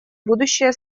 будущее